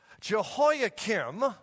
Jehoiakim